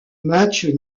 match